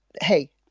hey